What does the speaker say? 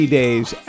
days